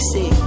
See